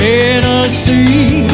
Tennessee